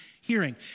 hearing